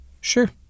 Sure